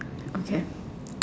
okay